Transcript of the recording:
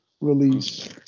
release